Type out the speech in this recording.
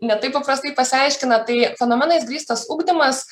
ne taip paprastai pasiaiškina tai fenomenais grįstas ugdymas